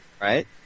Right